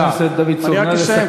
חבר הכנסת דוד צור, נא לסכם.